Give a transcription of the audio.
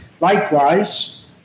likewise